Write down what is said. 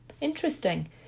interesting